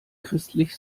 christlich